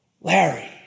Larry